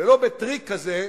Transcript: ולא בטריק כזה,